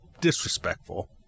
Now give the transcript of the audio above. disrespectful